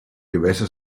gewässer